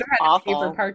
awful